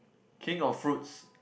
king of fruits